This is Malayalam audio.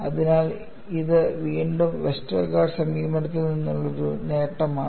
അതിനാൽ ഇത് വീണ്ടും വെസ്റ്റർഗാർഡിന്റെ സമീപനത്തിൽ നിന്നുള്ള ഒരു നേട്ടമാണ്